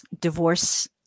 divorce